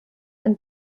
ein